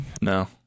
No